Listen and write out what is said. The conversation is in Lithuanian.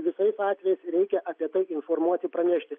visais atvejais reikia apie tai informuoti pranešti